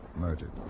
Murdered